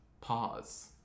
Pause